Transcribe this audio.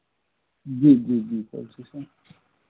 जी जी जी सर जी सर